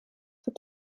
für